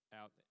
out